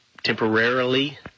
temporarily